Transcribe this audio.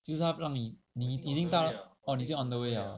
就是他不让你你已经到了 oh 已经 on the way liao